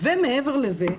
ומעבר לזה,